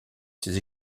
ces